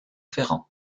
ferrand